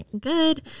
good